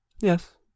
Yes